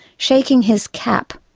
shaking his cap,